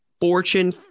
Fortune